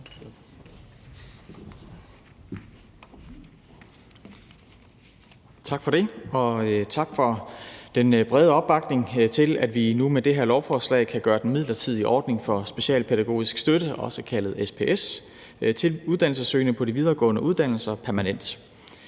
Tak for det, og tak for den brede opbakning til, at vi nu med det her lovforslag kan gøre den midlertidige ordning for specialpædagogisk støtte til uddannelsessøgende på de videregående uddannelser,